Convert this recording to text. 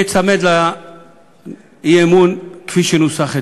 אני אצמד לאי-אמון כפי שנוסח אצלנו.